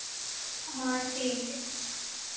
हाँ ठीक है